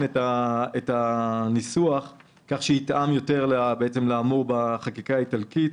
את הניסוח כך שיתאם יותר לאמור בחקיקה האיטלקית.